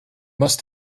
must